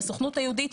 בסוכנות היהודית,